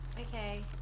Okay